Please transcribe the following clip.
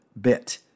bit